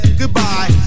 goodbye